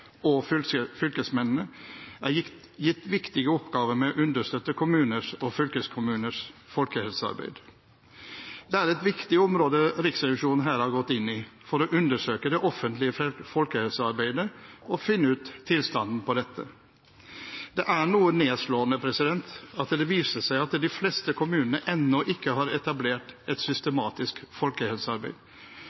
og fylkesmennene, er gitt viktige oppgaver med å understøtte kommuners og fylkeskommuners folkehelsearbeid. Det er et viktig område Riksrevisjonen her har gått inn i for å undersøke det offentlige folkehelsearbeidet og finne ut tilstanden på dette. Det er noe nedslående at det viser seg at de fleste kommunene ennå ikke har etablert et systematisk folkehelsearbeid,